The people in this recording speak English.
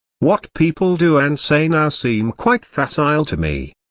what people do and say now seem quite facile to me.